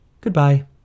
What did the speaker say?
Goodbye